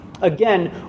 again